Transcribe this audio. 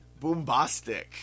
Boombastic